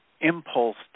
impulse